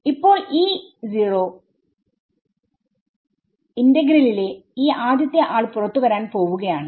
ഇപ്പോൾ ഇന്റഗ്രലിലെ ഈ ആദ്യത്തെ ആൾ പുറത്ത് വരാൻ പോവുകയാണ്